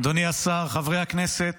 אדוני השר, חברי הכנסת,